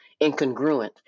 incongruent